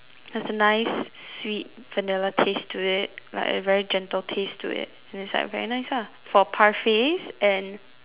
has a nice sweet vanilla taste to it like a very gentle taste to it and it's like a very nice lah for parfaits and